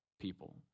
people